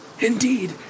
Indeed